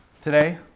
today